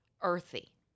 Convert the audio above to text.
earthy